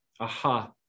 Aha